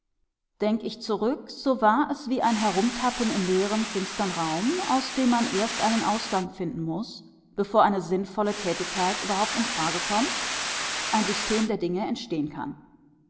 denk ich zurück so war es wie ein herumtappen im leeren finstern raum aus dem man erst einen ausgang finden muß bevor eine sinnvolle tätigkeit überhaupt in frage kommt ein system der dinge entstehen kann